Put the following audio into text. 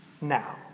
Now